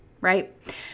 right